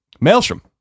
Maelstrom